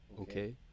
Okay